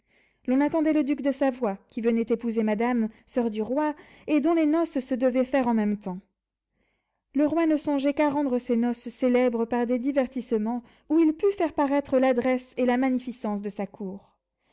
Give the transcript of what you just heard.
l'on attendait le duc de savoie qui venait épouser madame soeur du roi et dont les noces se devaient faire en même temps le roi ne songeait qu'à rendre ces noces célèbres par des divertissements où il pût faire paraître l'adresse et la magnificence de sa cour